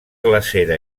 glacera